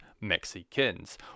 Mexicans